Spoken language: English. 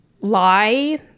lie